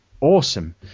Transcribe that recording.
awesome